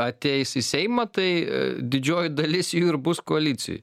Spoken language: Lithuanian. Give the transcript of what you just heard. ateis į seimą tai didžioji dalis jų ir bus koalicijoj